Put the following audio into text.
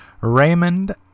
Raymond